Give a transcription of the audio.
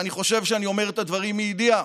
ואני חושב שאני אומר את הדברים מידיעה,